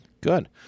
Good